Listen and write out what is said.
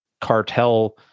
cartel